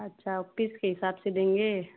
अच्छा पीस के हिसाब से देंगे